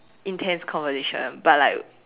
intense conversation but like